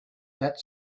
that